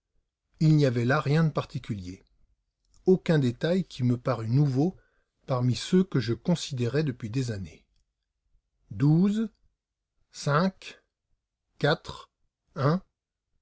il n'y avait là rien de particulier aucun détail qui me parût nouveau parmi ceux que je considérais depuis des années